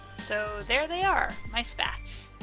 so there they are, my spats!